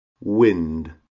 wind